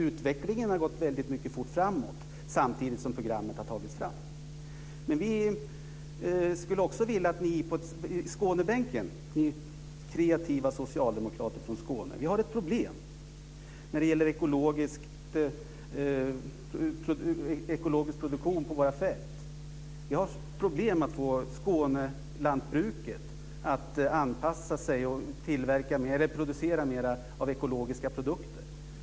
Utvecklingen har gått fort framåt samtidigt som programmet har tagits fram. Vi skulle också vilja att kreativa socialdemokrater på Skånebänken inser att vi har ett problem när det gäller ekologisk produktion och att vi har problem att få Skånelantbruket att anpassa sig och ta fram mera ekologiska produkter.